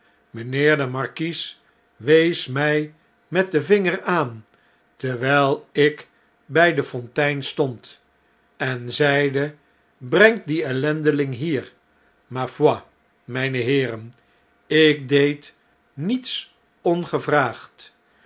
mijirheer de markies wees mjj met den vinger aan terwjjl ik bn de fontein stond en zeide brengt dien eliendeling hier ma f o i mijne heeren ik deed niets ongevraagd